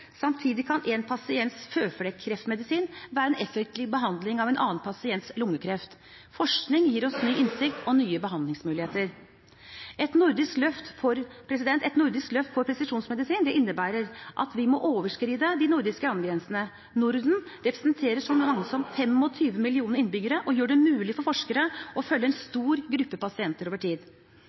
Samtidig kan en pasients føflekkreftmedisin være en effektiv behandling av en annen pasients lungekreft. Forskning gir oss ny innsikt og nye behandlingsmuligheter. Et nordisk løft for presisjonsmedisin innebærer at vi må overskride de nordiske landegrensene. Norden representerer så mange som 25 millioner innbyggere og gjør det mulig for forskere å følge en stor gruppe pasienter over tid.